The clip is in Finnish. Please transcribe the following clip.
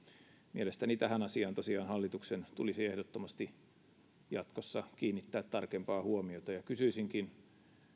mielestäni tähän asiaan tosiaan hallituksen tulisi ehdottomasti jatkossa kiinnittää tarkempaa huomiota kysyisinkin